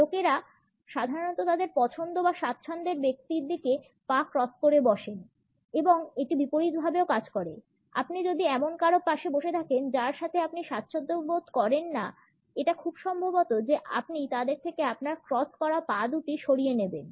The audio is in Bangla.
লোকেরা সাধারণত তাদের পছন্দ বা স্বাচ্ছন্দ্যের ব্যক্তির দিকে পা ক্রস করে বসেন এবং এটি বিপরীতভাবেও কাজ করে আপনি যদি এমন কারো পাশে বসে থাকেন যার সাথে আপনি স্বাচ্ছন্দ্যবোধ করেন না এটা খুব সম্ভবত যে আপনি তাদের থেকে আপনার ক্রস করা পা দুটি সরিয়ে নেবেন